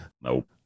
nope